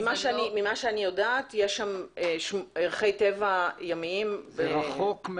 ממה שאני יודעת, יש שם ערכי טבע ימיים מדהימים.